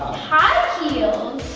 high heels?